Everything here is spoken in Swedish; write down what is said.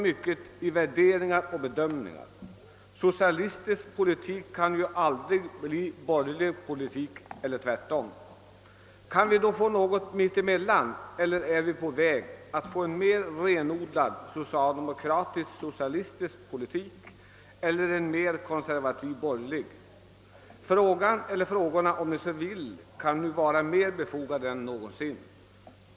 Mycket i våra värderingar och bedömningar är ju skiljaktiga. Socialistisk politik kan aldrig bli borgerlig politik eller omvänt. Kan vi då få något mitt emellan, eller är vi på väg att få en mer renodlad :socialdemokratisk-socialistisk = politik, eller kanske en mer konservativ-borgerlig? Frågan — eller frågorna, om ni så vill — kan ha större befogenhet nu än någonsin.